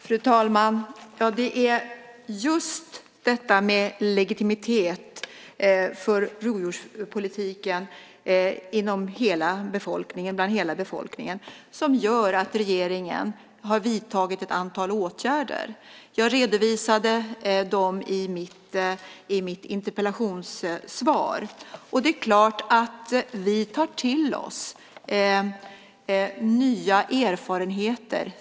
Fru talman! Det är just detta med legitimitet för rovdjurspolitiken hos hela befolkningen som gör att regeringen har vidtagit ett antal åtgärder. Jag redovisade dem i mitt interpellationssvar. Det är klart att vi tar till oss nya erfarenheter.